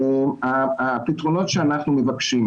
הפתרונות שאנחנו מבקשים